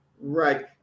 Right